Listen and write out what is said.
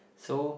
so